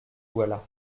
voilà